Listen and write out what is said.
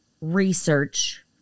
research